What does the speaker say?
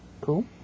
Cool